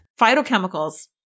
phytochemicals